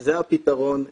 זה הפתרון הבסיסי.